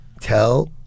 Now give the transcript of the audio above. tell